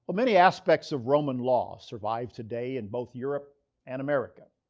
but many aspects of roman law survive today in both europe and america.